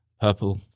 purple